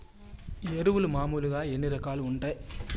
ఎరువులు మామూలుగా ఎన్ని రకాలుగా వుంటాయి?